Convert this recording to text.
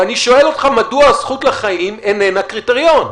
אני שואל אותך, מדוע הזכות לחיים איננה קריטריון?